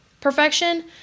Perfection